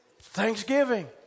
thanksgiving